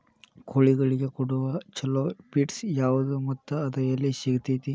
ಕೋಳಿಗಳಿಗೆ ಕೊಡುವ ಛಲೋ ಪಿಡ್ಸ್ ಯಾವದ ಮತ್ತ ಅದ ಎಲ್ಲಿ ಸಿಗತೇತಿ?